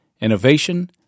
Innovation